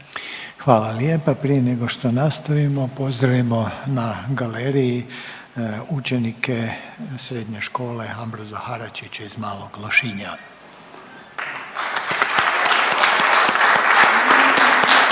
Hvala lijepa, prije nego što nastavimo pozdravimo na galeriji učenike Srednje škole Ambroza Haračića iz Malog Lošinja.